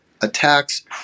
attacks